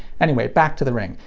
anyway, back to the ring.